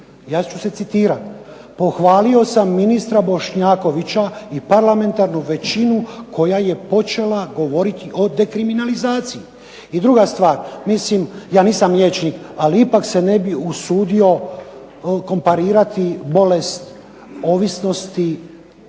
ja ću se citirati,